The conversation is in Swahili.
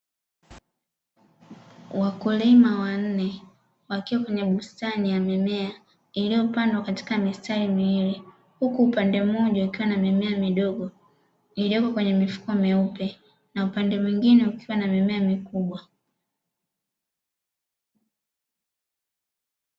Wakulima wanne wakiwa kwenye bustani ya mimea iliyopandwa katika mistari miwili, huku upande mmoja ukiwa na mimea midogo iliyopo kwenye mifuko meupe na upande mwingine ukiwa na mimea mikubwa.